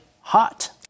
hot